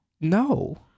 no